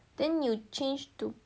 then you change to